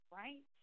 right